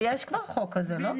יש כבר חוק כזה, לא?